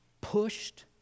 pushed